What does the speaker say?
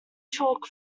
chalk